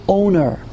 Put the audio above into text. owner